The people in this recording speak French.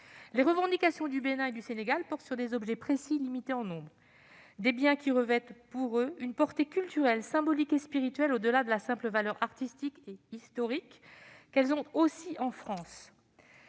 les revendications du Bénin et du Sénégal portent sur des objets précis et limités en nombre, des biens qui revêtent pour eux une portée culturelle, symbolique et spirituelle, au-delà de la simple valeur artistique et historique qu'ils ont aussi en France.